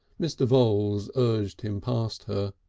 mr. voules urged him past her.